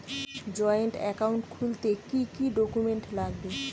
Joint account খুলতে কি কি ডকুমেন্টস লাগবে?